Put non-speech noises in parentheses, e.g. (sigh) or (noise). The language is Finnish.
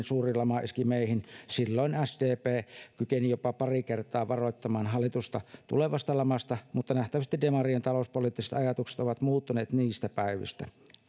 (unintelligible) suuri lama iski meihin silloin sdp kykeni jopa pari kertaa varoittamaan hallitusta tulevasta lamasta mutta nähtävästi demarien talouspoliittiset ajatukset ovat muuttuneet niistä päivistä